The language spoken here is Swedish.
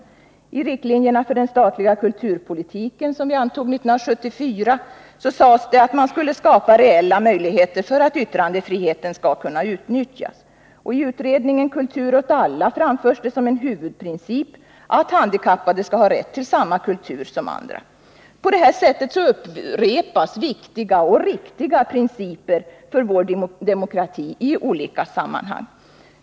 I riktlinjerna för den statliga kulturpolitiken, som antogs 1974, sades det att man skulle skapa reella möjligheter för att yttrandefriheten skall kunna utnyttjas. I utredningen Kultur åt alla framförs som en huvudprincip att handikappade skall ha rätt till samma kultur som andra. På det här sättet upprepas riktiga och viktiga principer för vår demokrati i olika sammanhang.